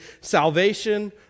salvation